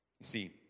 see